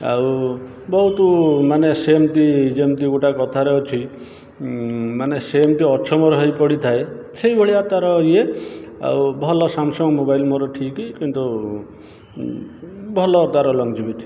ଆଉ ବହୁତ ମାନେ ସେମିତି ଯେମିତି ଗୋଟା କଥାରେ ଅଛି ମାନେ ସେମିତି ଅଛମର ହେଇ ପଡ଼ିଥାଏ ସେଇ ଭଳିଆ ତା'ର ଇଏ ଆଉ ଭଲ ସ୍ୟାମସଙ୍ଗ୍ ମୋବାଇଲ୍ ମୋର ଠିକ୍ କିନ୍ତୁ ଭଲ ତା'ର ଲଂଗଜିଭିଟି